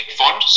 fund